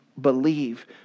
believe